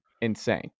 insane